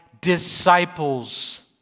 disciples